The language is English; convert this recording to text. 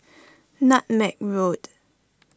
Nutmeg Road